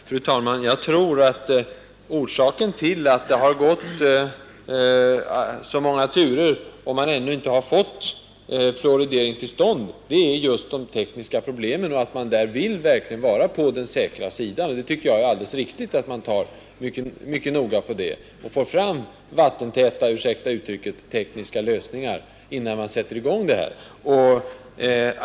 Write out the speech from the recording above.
Fru talman! Jag tror att orsaken till att man ännu inte har fått fluoridering till stånd är just de tekniska problemen och att man där verkligen vill vara på den säkra sidan. Jag tycker att det är alldeles riktigt att man är mycket noggrann därvidlag och får fram vattentäta — ursäkta uttrycket — tekniska lösningar, innan man sätter i gång.